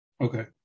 Okay